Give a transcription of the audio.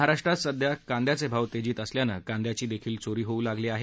महाराष्ट्रात सध्या कांद्याचे भाव तेजीत असल्यानं कांद्यांची देखील चोरी होऊ लागली आहे